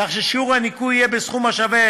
כך ששיעור הניכוי יהיה בסכום השווה